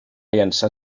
llançar